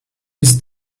his